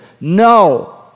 No